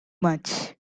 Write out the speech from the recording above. much